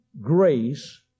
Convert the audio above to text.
grace